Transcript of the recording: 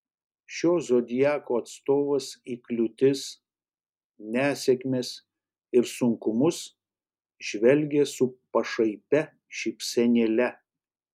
šio zodiako atstovas į kliūtis nesėkmes ir sunkumus žvelgia su pašaipia šypsenėle